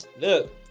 Look